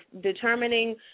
determining